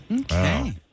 Okay